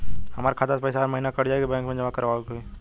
हमार खाता से पैसा हर महीना कट जायी की बैंक मे जमा करवाए के होई?